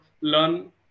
learn